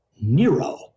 Nero